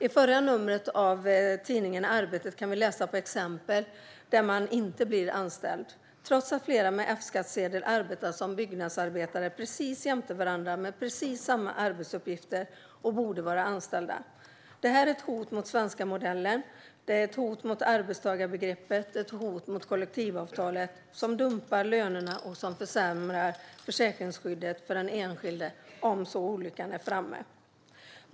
I förra numret av tidningen Arbetet kan vi läsa exempel där man inte blir anställd, trots att flera med F-skattsedel arbetar som byggnadsarbetare jämte varandra med precis samma arbetsuppgifter och borde vara anställda. Det här är ett hot mot den svenska modellen, ett hot mot arbetstagarbegreppet och ett hot mot kollektivavtalet i form av dumpade löner och försämrat försäkringsskydd för den enskilde om olyckan är framme.